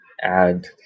add